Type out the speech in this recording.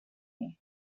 you